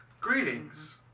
Greetings